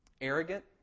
arrogant